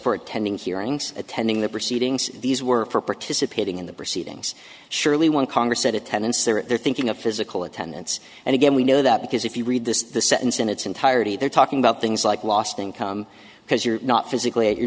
for attending hearings attending the proceedings these were for participating in the proceedings surely one congress said attendance they're thinking of physical attendance and again we know that because if you read this sentence in its entirety they're talking about things like lost income because you're not physically at your